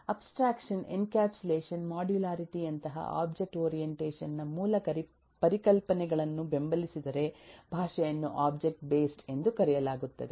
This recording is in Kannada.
ಅಬ್ಸ್ಟ್ರಾಕ್ಷನ್ ಎನ್ಕ್ಯಾಪ್ಸುಲೇಷನ್ ಮಾಡ್ಯುಲಾರಿಟಿ ಯಂತಹಒಬ್ಜೆಕ್ಟ್ ಓರಿಯೆಂಟೇಷನ್ ನ ಮೂಲ ಪರಿಕಲ್ಪನೆಗಳನ್ನು ಬೆಂಬಲಿಸಿದರೆ ಭಾಷೆಯನ್ನು ಒಬ್ಜೆಕ್ಟ್ ಬೇಸ್ಡ್ ಎಂದು ಕರೆಯಲಾಗುತ್ತದೆ